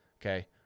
Okay